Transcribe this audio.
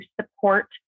support